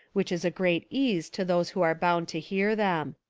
which is a great ease to those who are bound to hear them.